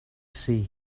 see